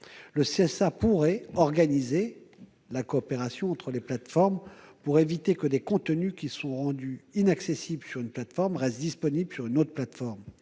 Le CSA pourrait organiser la coopération entre les plateformes pour éviter que des contenus rendus inaccessibles sur une plateforme ne restent disponibles sur une autre plateforme.